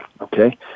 okay